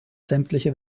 sämtliche